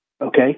Okay